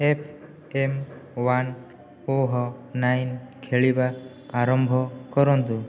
F M one oh nine ଖେଳିବା ଆରମ୍ଭ କରନ୍ତୁ